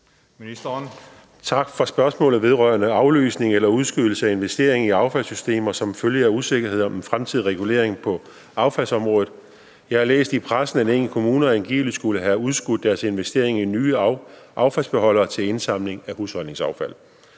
Tak for spørgsmålet vedrørende aflysning eller udskydelse af investering i affaldssystemer som følge af usikkerhed om den fremtidige regulering på affaldsområdet. Jeg har læst i pressen, at enkelte kommuner angiveligt skulle have udskudt deres investering i nye affaldsbeholdere til indsamling af husholdningsaffald.